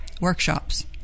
Workshops